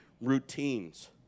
routines